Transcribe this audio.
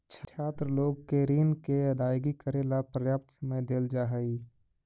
छात्र लोग के ऋण के अदायगी करेला पर्याप्त समय देल जा हई